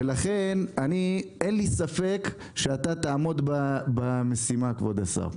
ולכן אני אין לי ספק שאתה תעמוד במשימה כבוד השר.